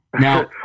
Now